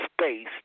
space